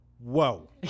Whoa